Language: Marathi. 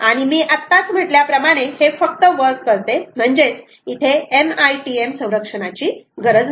आणि मी आत्ताच म्हटल्याप्रमाणे हे फक्त वर्क करते म्हणजेच इथे MITM संरक्षणाची गरज नाही